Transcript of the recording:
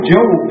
Job